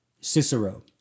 Cicero